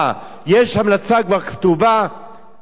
יש המלצה כבר כתובה ומפורשת,